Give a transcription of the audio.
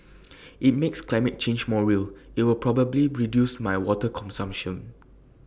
IT makes climate change more real and will probably reduce my water consumption